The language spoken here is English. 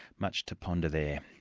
much to ponder there.